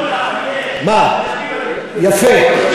יפה.